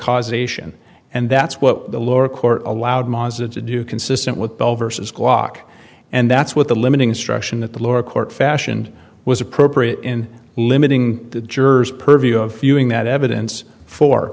causation and that's what the lower court allowed maza to do consistent with bell versus glock and that's what the limiting instruction at the lower court fashion was appropriate in limiting the jurors per view of viewing that evidence for